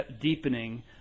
deepening